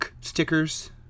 stickers